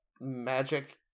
magic